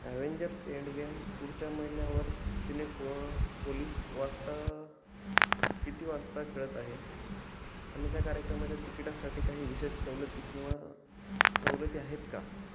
Avengers Endgame पुढच्या महिन्यावर Cinepolis वाजता किती वाजता खेळत आहे आणि त्या कार्यक्रमाच्या तिकिटासाठी काही विशेष सवलती किंवा सवलती आहेत का